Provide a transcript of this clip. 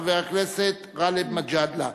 חבר הכנסת גאלב מג'אדלה.